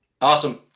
Awesome